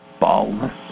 baldness